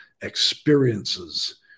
experiences